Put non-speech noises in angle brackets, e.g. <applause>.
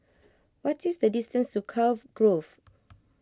what is the distance to Cove Grove <noise>